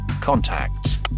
Contacts